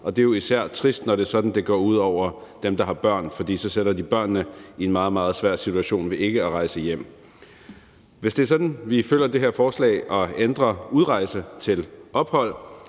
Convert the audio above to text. og det er jo især trist, når det går ud over dem, der har børn, for så sætter de børnene i en meget, meget svær situation ved ikke at rejse hjem. Hvis vi følger det her forslag og ændrer udrejse til ophold,